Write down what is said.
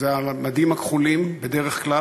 אלה המדים הכחולים, בדרך כלל.